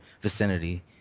vicinity